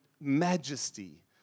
majesty